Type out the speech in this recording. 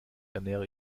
ernähre